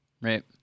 right